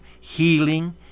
healing